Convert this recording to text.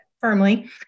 firmly